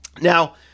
Now